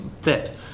fit